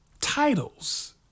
titles